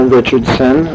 Richardson